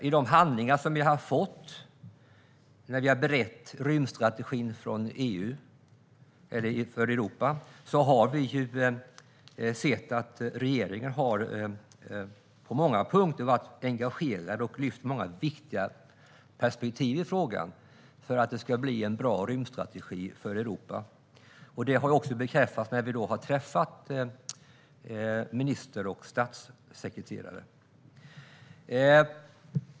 I de handlingar som vi har fått när vi har berett rymdstrategin för Europa ser vi att regeringen på många punkter har varit engagerad och har lyft många viktiga perspektiv i frågan för att det ska bli en bra europeisk rymdstrategi. Det har även bekräftats när vi har träffat ministern och statssekreteraren.